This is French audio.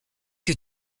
que